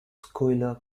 schuyler